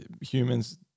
humans